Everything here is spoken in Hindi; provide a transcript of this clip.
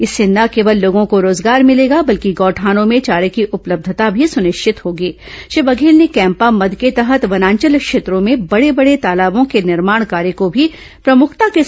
इससे न केवल लोगो को रोजगार मिलेगा बल्कि गौठानों में चारे की उपलब्धता भी सुनिश्चित श्री बघेल ने कैम्पा मद के तहत वनांचल क्षेत्रों में बड़े बड़े तालावों के निर्माण कार्य को भी प्रमुखता के होगी